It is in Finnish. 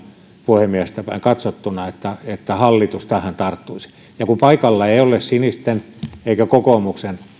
puhemiehestä päin katsottuna että hallitus tähän tarttuisi ja kun paikalla ei ei ole sinisten eikä kokoomuksen